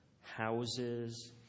houses